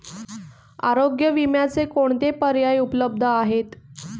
आरोग्य विम्याचे कोणते पर्याय उपलब्ध आहेत?